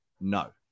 No